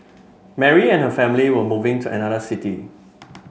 Mary and her family were moving to another city